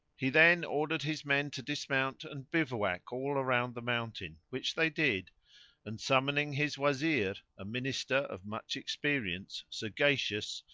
he then ordered his men to dismount and bivouac all around the mountain which they did and summoning his wazir, a minister of much experience, sagacious,